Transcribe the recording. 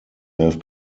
have